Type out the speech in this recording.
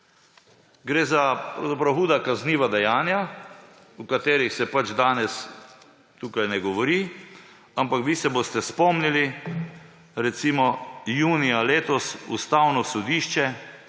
Gre za huda kazniva dejanja, o katerih se pač danes tukaj ne govori, ampak vi se boste spomnili, recimo, junija letos Ustavno sodišče